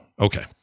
Okay